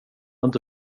inte